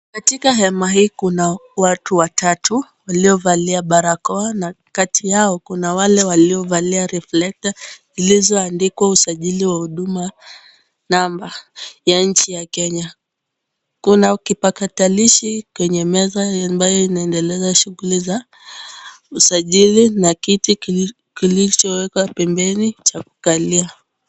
Katika hema hii kuna watu watatu waliovalia barakoa na kati yao kuna wale waliovalia reflector zilizoandikwa usajili wa huduma number ya nchi ya Kenya. Kuna kipakatalishi kwenye meza ambayo inaendeleza shughuli za usajili na kiti kilichowekwa pembeni cha kukalia.